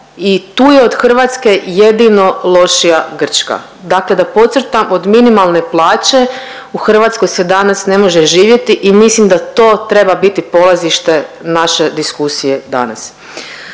i tu je od Hrvatske jedino lošija Grčka. Dakle, da podcrtam, od minimalne plaće u Hrvatskoj se danas ne može živjeti i mislim da to treba biti polazište naše diskusije danas.